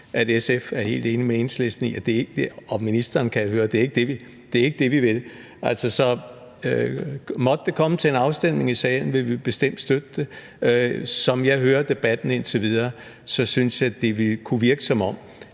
skal gøre, og jeg er sikker på, at ministeren kan høre, at det ikke er det, vi vil. Så måtte det komme til en afstemning i salen, vil vi bestemt støtte det. Som jeg hører debatten indtil videre, synes jeg, at det kunne virke, som om